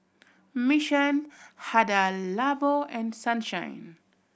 Mission Hada Labo and Sunshine